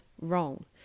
wrong